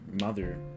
mother